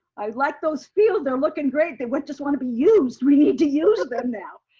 i like those fields, they're looking great. they would just want to be used, we need to use them now.